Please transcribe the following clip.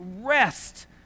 rest